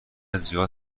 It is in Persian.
زیاد